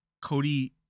Cody